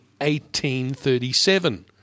1837